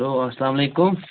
hello اسلام علیکُم